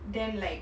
then like